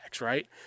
right